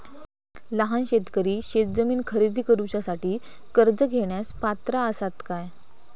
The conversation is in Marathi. लहान शेतकरी शेतजमीन खरेदी करुच्यासाठी कर्ज घेण्यास पात्र असात काय?